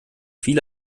viele